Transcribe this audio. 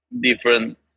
different